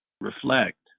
reflect